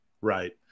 Right